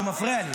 הוא מפריע לי.